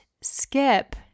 skip